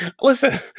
Listen